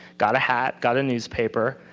got a hat, got a newspaper,